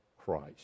Christ